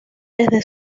desde